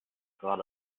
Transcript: gerade